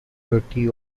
thirty